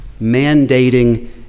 mandating